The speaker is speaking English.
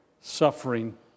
suffering